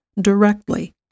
directly